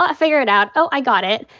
ah figured it out. oh, i got it.